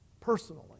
personally